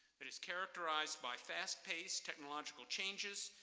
it is characterized by fast-paced technological changes,